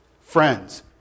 friends